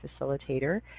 Facilitator